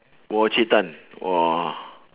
!wah! encik tan !wah!